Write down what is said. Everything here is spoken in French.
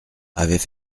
avaient